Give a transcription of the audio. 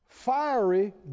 Fiery